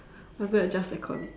I'm going to adjust the aircon